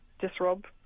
disrobe